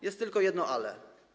Jest tylko jedno „ale”